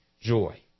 joy